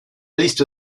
liste